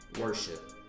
Worship